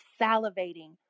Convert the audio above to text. salivating